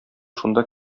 шунда